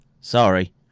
Sorry